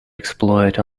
exploit